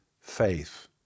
faith